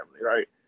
right